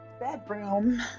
bedroom